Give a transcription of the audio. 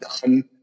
done